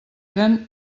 eren